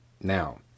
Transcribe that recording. Now